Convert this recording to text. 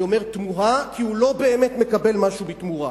אני אומר תמוהה, כי הוא לא באמת מקבל משהו בתמורה.